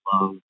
love